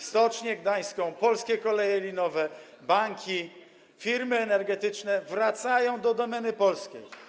Stocznia Gdańska, Polskie Koleje Linowe, banki, firmy energetyczne wracają do domeny polskiej.